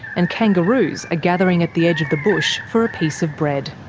and kangaroos are gathering at the edge of the bush for a piece of bread.